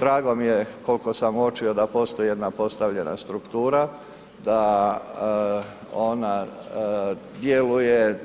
Drago mi je koliko sam uočio da postoji jedna postavljena struktura, da ona djeluje